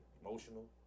Emotional